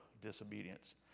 disobedience